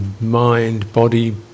mind-body